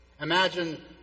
Imagine